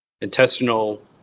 intestinal